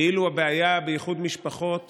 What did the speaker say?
כאילו הבעיה באיחוד משפחות